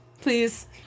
Please